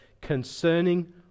concerning